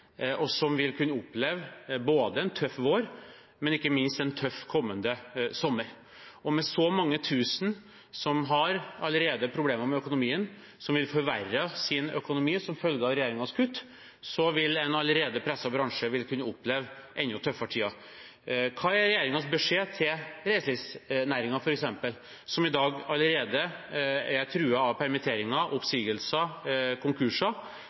og som vil kunne oppleve en tøff vår og ikke minst en tøff kommende sommer. Med så mange tusen som allerede har problemer med økonomien, som vil få forverret sin økonomi som følge av regjeringens kutt, så vil en allerede presset bransje oppleve enda tøffere tider. Hva er regjeringens beskjed til reiselivsnæringen f.eks., som i dag allerede er truet av permitteringer, oppsigelser, konkurser,